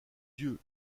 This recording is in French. yeux